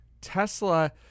Tesla